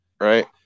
right